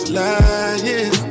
lying